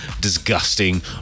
disgusting